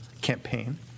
campaign